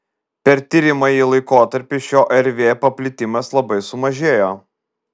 per tiriamąjį laikotarpį šio rv paplitimas labai sumažėjo